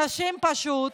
אנשים פשוט